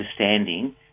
understanding